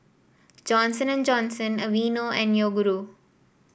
Johnson And Johnson Aveeno and Yoguru